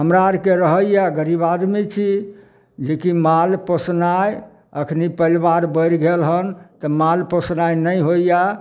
हमरा आरके रहैया गरीब आदमी छी लेकिन माल पोसनाइ अखनी परिवार बढ़ि गेल हन तऽ माल पोसनाइ नहि होइया